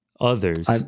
Others